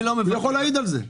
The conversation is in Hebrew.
הוא יכול להעיד על זה.